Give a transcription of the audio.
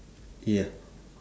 ya